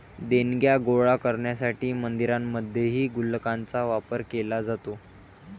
देणग्या गोळा करण्यासाठी मंदिरांमध्येही गुल्लकांचा वापर केला जातो